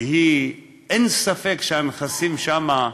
שאין ספק שהנכסים שם,